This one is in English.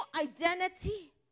identity